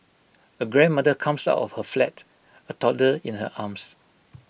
A grandmother comes out of her flat A toddler in her arms